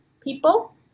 people